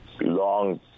Long